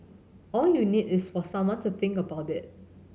all you need is for someone to think about it